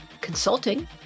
Consulting